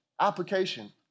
application